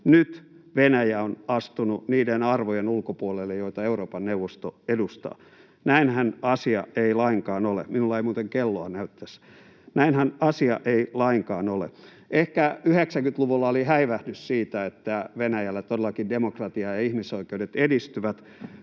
Venäjä on astunut niiden arvojen ulkopuolelle, joita Euroopan neuvosto edustaa. Näinhän asia ei lainkaan ole. — Minulla ei muuten kelloa näy tässä. [Puhuja osoittaa näyttöpaneeliaan] — Ehkä 90-luvulla oli häivähdys siitä, että Venäjällä todellakin demokratia ja ihmisoikeudet edistyvät,